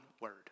word